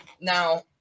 Now